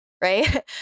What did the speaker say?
right